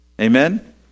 Amen